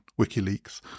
wikileaks